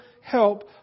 help